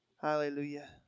Hallelujah